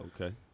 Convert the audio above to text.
Okay